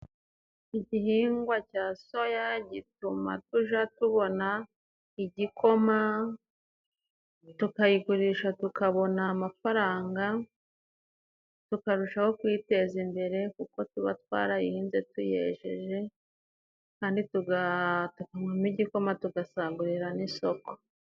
Igihingwa cya Soya gituma tuja tubona igikoma, tukayigurisha tukabona amafaranga, tukarushaho kwiteza imbere kuko tuba twarayihinze tuyejeje, kandi tugahaga n'igikoma tugasagurira n'isoko.